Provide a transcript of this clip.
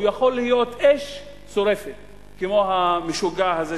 הוא יכול להיות אש שורפת כמו המשוגע הזה,